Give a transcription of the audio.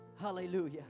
hallelujah